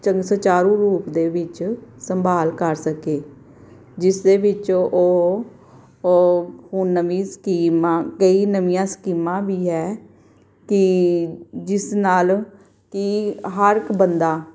ਚੰ ਸੰਚਾਰੂ ਰੂਪ ਦੇ ਵਿੱਚ ਸੰਭਾਲ ਕਰ ਸਕੇ ਜਿਸ ਦੇ ਵਿੱਚੋਂ ਉਹ ਉਹ ਨਵੀਂ ਸਕੀਮ ਕਈ ਨਵੀਆਂ ਸਕੀਮਾਂ ਵੀ ਹੈ ਕਿ ਜਿਸ ਨਾਲ ਕਿ ਹਰ ਇੱਕ ਬੰਦਾ